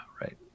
right